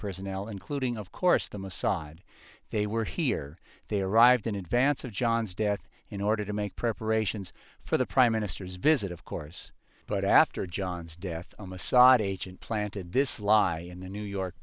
personnel including of course the mossad they were here they arrived in advance of john's death in order to make preparations for the prime minister's visit of course but after john's death on a saudi agent planted this lie in the new york